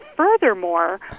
Furthermore